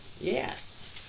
yes